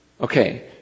Okay